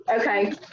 Okay